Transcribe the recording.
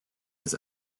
his